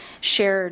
shared